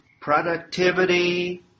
productivity